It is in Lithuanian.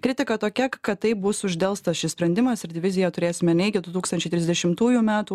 kritika tokia kad taip bus uždelstas šis sprendimas ir diviziją turėsime ne iki du tūkstančiai trisdešimtųjų metų